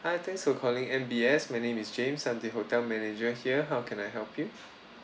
hi thanks for calling M_B_S my name is james I'm the hotel manager here how can I help you